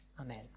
Amen